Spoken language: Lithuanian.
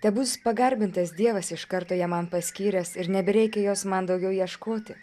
tebus pagarbintas dievas iš karto ją man paskyręs ir nebereikia jos man daugiau ieškoti